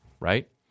Right